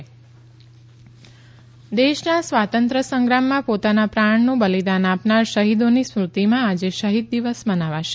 શહીદ દિવસ દેશના સ્વાતંત્ર્ય સંગ્રામમાં પોતાના પ્રાણનું બલિદાન આપનાર શહીદોની સ્મૃતિમાં આજે શહીદ દિવસ મનાવાશે